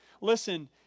Listen